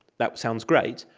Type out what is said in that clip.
that sounds great,